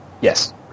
Yes